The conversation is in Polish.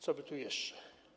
Co by tu jeszcze?